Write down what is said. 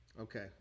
Okay